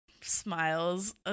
smiles